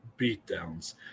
beatdowns